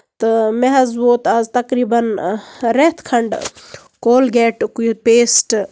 تہٕ مےٚ حظ ووت از تقریٖبَن ریٚتھ کھنٛڈ کولگیٹُک یہِ پیسٹہٕ